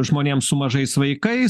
žmonėms su mažais vaikais